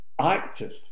active